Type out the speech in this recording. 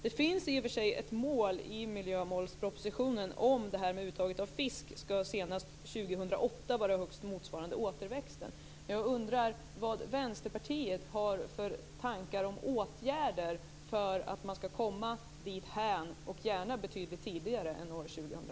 Det finns i och för sig ett mål i miljömålspropositionen om att uttaget av fisk senast år 2008 ska vara högst motsvarande återväxten. Men jag undrar vad Vänsterpartiet har för tankar om åtgärder för att man ska komma dithän, och gärna betydligt tidigare än år